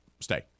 stay